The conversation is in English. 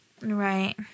right